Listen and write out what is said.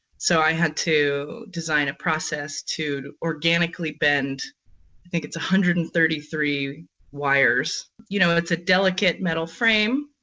so i had to design a process to organically bend. i think it's a one hundred and thirty three wires. you know, it's a delicate metal frame,